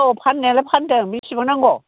औ फाननायालाय फानदों बेसेबां नांगौ